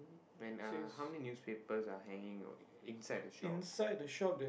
and uh how many newspapers are hanging on~ inside the shop